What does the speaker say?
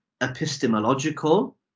epistemological